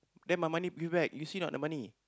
then my money be back you see not the money